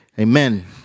amen